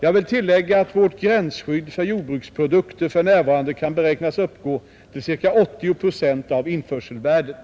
Jag vill tillägga att vårt gränsskydd för jordbruksprodukter för närvarande kan beräknas uppgå till ca 80 procent av införselvärdet.